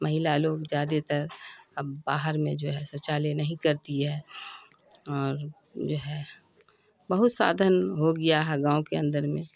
مہیلا لوگ زیادہ تر اب باہر میں جو ہے شوچالے نہیں کرتی ہے اور جو ہے بہت سادھن ہو گیا ہے گاؤں کے اندر میں